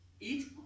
Eat